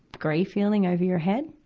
gray feeling over your head?